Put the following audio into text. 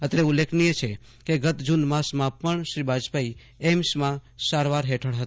અત્રે ઉલ્લેખનિય છે કે ગત જ્રન માસમાં પણ શ્રી બાજપાઈ એઈમ્સમાં સારવાર હેઠળ હતા